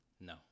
no